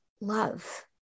love